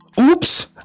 oops